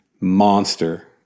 monster